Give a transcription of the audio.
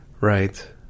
Right